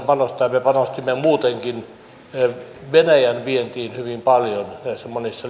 panostaa ja me panostimme muutenkin venäjän vientiin hyvin paljon näissä monissa